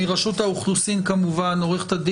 מרשות האוכלוסין עו"ד